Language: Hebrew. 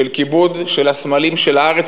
של כיבוד של הסמלים של הארץ,